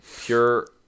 Pure